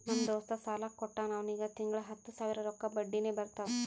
ನಮ್ ದೋಸ್ತ ಸಾಲಾ ಕೊಟ್ಟಾನ್ ಅವ್ನಿಗ ತಿಂಗಳಾ ಹತ್ತ್ ಸಾವಿರ ರೊಕ್ಕಾ ಬಡ್ಡಿನೆ ಬರ್ತಾವ್